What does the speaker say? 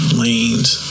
lanes